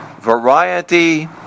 Variety